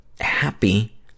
Happy